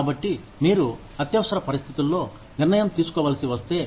కాబట్టి మీరు అత్యవసర పరిస్థితుల్లో నిర్ణయం తీసుకోవలసివస్తే